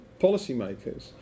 policymakers